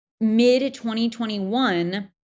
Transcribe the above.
mid-2021